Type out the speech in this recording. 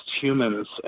humans